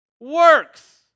works